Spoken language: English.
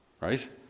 right